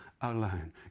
alone